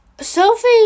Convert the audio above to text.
Sophie